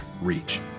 reach